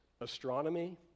astronomy